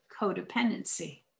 codependency